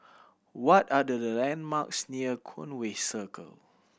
what are the landmarks near Conway Circle